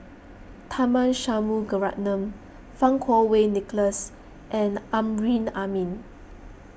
Tharman Shanmugaratnam Fang Kuo Wei Nicholas and Amrin Amin